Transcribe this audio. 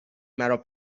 مرا